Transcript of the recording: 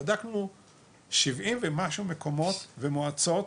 בדקנו שבעים ומשהו מקומות ומועצות,